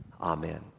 Amen